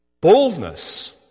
boldness